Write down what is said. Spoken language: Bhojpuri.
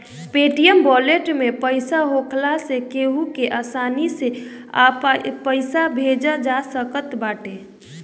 पेटीएम वालेट में पईसा होखला से केहू के आसानी से पईसा भेजल जा सकत बाटे